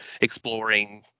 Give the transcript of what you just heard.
exploring